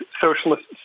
socialists